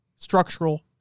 Structural